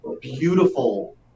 beautiful